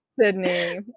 sydney